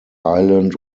ireland